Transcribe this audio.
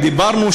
דיברנו,